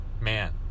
man